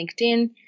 LinkedIn